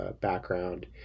background